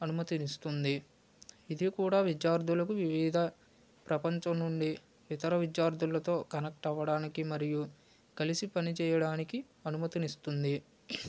అనుమతిని ఇస్తుంది ఇది కూడా విద్యార్థులకు వివిధ ప్రపంచం నుండి ఇతర విద్యార్థులతో కనెక్ట్ అవ్వడానికి మరియు కలిసి పని చేయడానికి అనుమతిని ఇస్తుంది